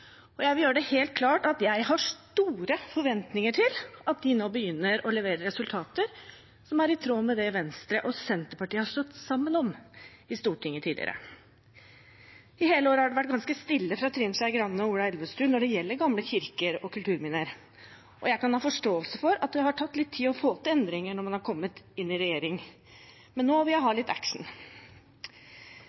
og jeg vil gjøre det helt klart at jeg har store forventninger til at de nå begynner å levere resultater som er i tråd med det Venstre og Senterpartiet har stått sammen om i Stortinget tidligere. I hele år har det vært ganske stille fra Trine Skei Grande og Ola Elvestuen når det gjelder gamle kirker og kulturminner. Jeg kan ha forståelse for at det har tatt litt tid å få til endringer når man har kommet inn i regjering, men nå vil jeg har litt